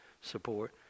support